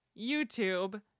YouTube